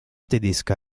tedesca